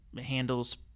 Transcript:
handles